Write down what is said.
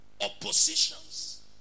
oppositions